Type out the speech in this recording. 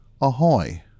Ahoy